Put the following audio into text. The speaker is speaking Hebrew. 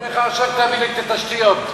תשתיות.